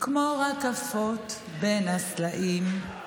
כמו רקפות בין הסלעים."